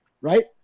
right